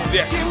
yes